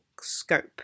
scope